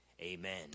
Amen